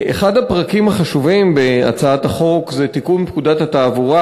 אחד הפרקים החשובים בהצעת החוק הוא תיקון פקודת התעבורה.